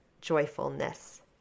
joyfulness